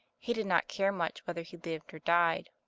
he did not care much whether he lived or died.